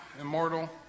immortal